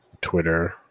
Twitter